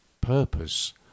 Purpose